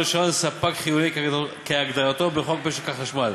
רישיון ספק חיוני כהגדרתו בחוק משק החשמל,